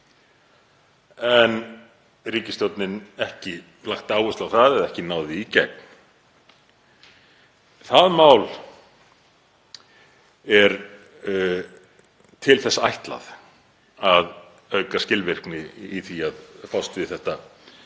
en ríkisstjórnin hefur ekki lagt áherslu á það eða ekki náð því í gegn. Það mál er til þess ætlað að auka skilvirkni í því að fást við það